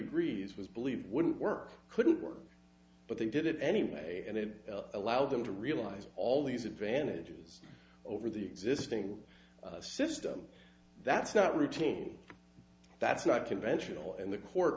agrees was believed wouldn't work couldn't work but they did it anyway and it allowed them to realize all these advantages over the existing system that's not routine that's not conventional and the court